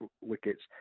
wickets